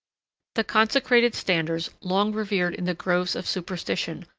the consecrated standards, long revered in the groves of superstition,